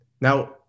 Now